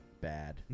bad